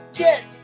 get